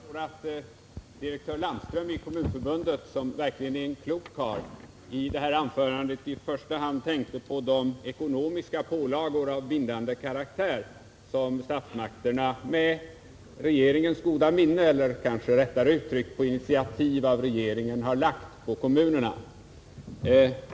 Herr talman! Jag tror att direktör Landström i Svenska kommunförbundet, som verkligen är en klok karl, i första hand tänkte på de ekonomiska pålagor av bindande karaktär som riksdagen med regeringens goda minne — eller kanske rättare uttryckt på initiativ av regeringen — har lagt på kommunerna.